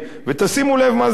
ותשימו לב מה קורה.